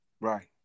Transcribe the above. Right